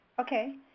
Okay